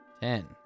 Ten